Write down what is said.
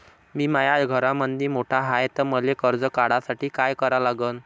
मी माया घरामंदी मोठा हाय त मले कर्ज काढासाठी काय करा लागन?